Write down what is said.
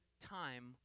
time